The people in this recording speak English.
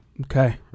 Okay